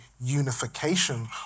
unification